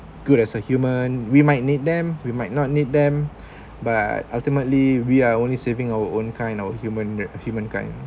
good as a human we might need them we might not need them but ultimately we are only saving our own kind our human humankind